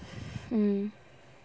mm